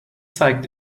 zeigt